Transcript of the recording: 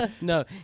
No